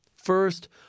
First